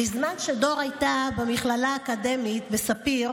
בזמן שדור הייתה במכללה האקדמית בספיר,